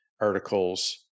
articles